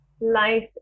life